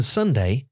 Sunday